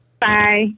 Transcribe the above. Bye